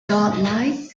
godlike